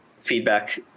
feedback